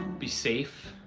be safe.